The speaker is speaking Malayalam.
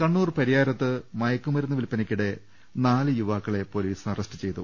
കണ്ണൂർ പരിയാരത്ത് മയക്കുമരുന്ന് വില്പനയ്ക്കിടെ നാല് യുവാ ക്കളെ പൊലീസ് അറസ്റ്റ് ചെയ്തു